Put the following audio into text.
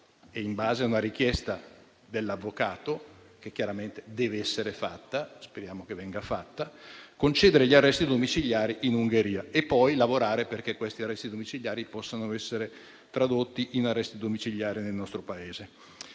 e in base a una richiesta dell'avvocato, che chiaramente dev'essere fatta - speriamo che venga fatta - concedere gli arresti domiciliari in Ungheria e poi bisognerà lavorare perché questi arresti domiciliari possano essere tradotti in arresti domiciliari nel nostro Paese.